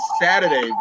Saturday